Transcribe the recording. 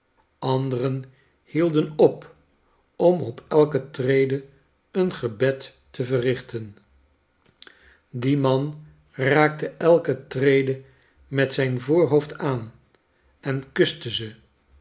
anderen hielden op om op elke trede een gebed te verrichten die man raakte elke trede met zijn voorhoofd aan en kuste ze